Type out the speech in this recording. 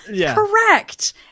correct